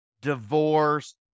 divorce